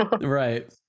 Right